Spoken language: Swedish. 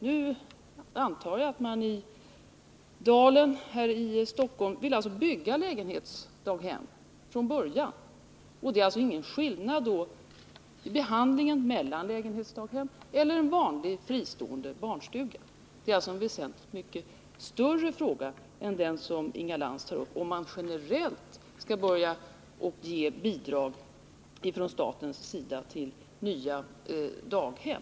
Nu antar jag att man i Dalen här i Stockholm vill bygga lägenhetsdaghem från början, och det är då ingen skillnad i behandlingen av lägenhetsdaghem och en vanlig fristående barnstuga. Det är alltså en väsentligt större fråga än den som Inga Lantz tar upp, om man generellt skall börja ge bidrag från statens sida till nya daghem.